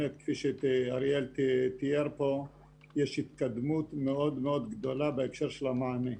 כפי שאריאל תיאר פה יש התקדמות מאוד גדולה בהקשר של המענה.